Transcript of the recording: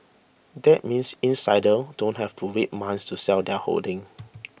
that means insiders don't have to wait months to sell their holdings